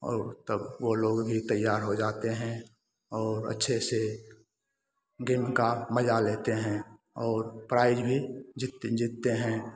और तब वो लोग भी तैयार हो जाते हैं और अच्छे से गेम का मजा लेते हैं और प्राइज़ भी जीती जीतते हैं